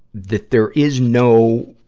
that there is no